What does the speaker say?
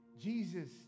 Jesus